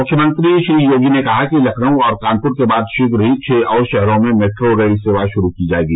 मुख्यमंत्री श्री योगी ने कहा है कि लखनऊ और कानपुर के बाद शीघ्र ही छः और शहरों में मेट्रो रेल सेवा शुरू की जायेगी